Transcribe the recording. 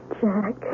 Jack